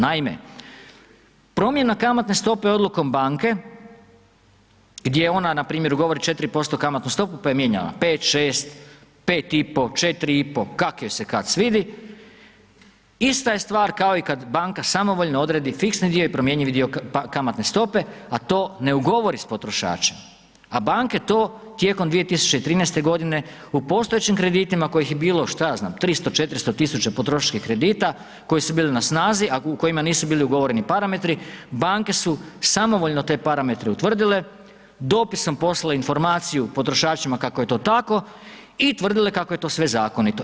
Naime, promjena kamatne stope odlukom banke gdje je ona npr. ugovori 4% kamatnu stopu pa je mijenjala 5, 6, 5,5, 4,5 kako joj se kad svidi, ista je stvar kao i kad banka samovoljno fiksni dio i promjenjivi dio kamatne stope a to ne ugovori sa potrošačem, a banke to tijekom 2013. g. u postojećim kreditima koji ih je bilo, šta ja znam, 300, 400 000 potrošačkih kredita koji su bili na snazi a u kojima nisu bili ugovoreni parametri, banke su samovoljno te parametre utvrdile, dopisom poslale informaciju potrošačima kako je to tako i tvrdile kako je to sve zakonito.